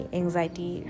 anxiety